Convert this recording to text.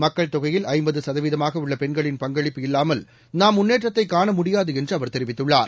மக்கள் தொகையில் ஐ சதவீதமாக உள்ள பெண்களின் பங்களிப்பு இல்லாமல்இ நாம் முன்னேற்றத்தை காண முடியாது என்று அவர் தெரிவித்துள்ளார்